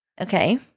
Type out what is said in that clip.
Okay